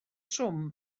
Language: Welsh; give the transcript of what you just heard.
trwm